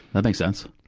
that makes sense.